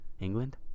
England